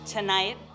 Tonight